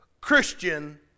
Christian